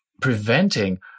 preventing